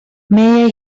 may